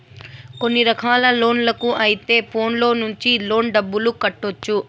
కొన్ని రకాల లోన్లకు అయితే ఫోన్లో నుంచి లోన్ డబ్బులు కట్టొచ్చు